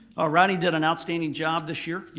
ah routing did an outstanding job this year.